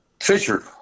Fisher